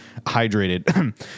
hydrated